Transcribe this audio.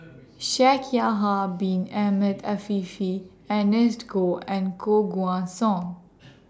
Shaikh Yahya Bin Ahmed Afifi Ernest Goh and Koh Guan Song